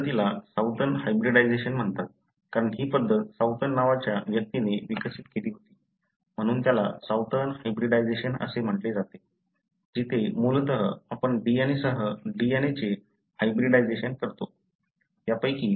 या पद्धतीला Southern hybridization म्हणतात कारण हि पद्धत सौथर्न नावाच्या व्यक्तीने विकसित केली होती म्हणून त्याला सौथर्न हायब्रिडायजेशन असे म्हटले जाते जिथे मूलतः आपण DNA सह DNA चे हायब्रिडायजेशन करतो